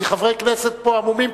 כי חברי כנסת פה המומים,